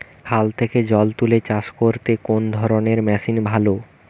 খাল থেকে জল তুলে চাষ করতে কোন ধরনের মেশিন ভালো?